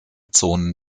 zonen